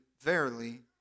verily